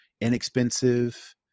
inexpensive